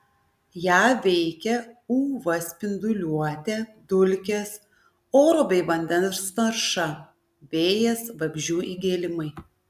ją veikia uv spinduliuotė dulkės oro bei vandens tarša vėjas vabzdžių įgėlimai